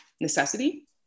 necessity